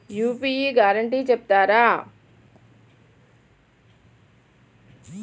UPI guarantee చెప్తారా?